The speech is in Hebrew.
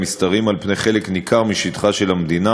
המשתרעים על פני חלק ניכר משטחה של המדינה,